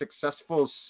successful